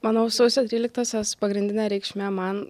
manau sausio tryliktosios pagrindinė reikšmė man